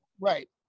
right